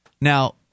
Now